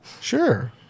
Sure